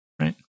Right